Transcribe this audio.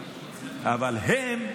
אבל הם,